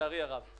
לצערי הרב.